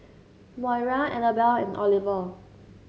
Moira Annabel and Oliver